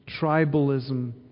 tribalism